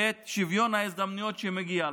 את שוויון ההזדמנויות שמגיע להם.